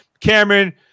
Cameron